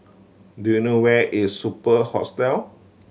do you know where is Superb Hostel